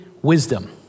Wisdom